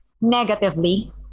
negatively